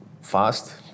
fast